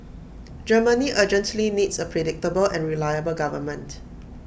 Germany urgently needs A predictable and reliable government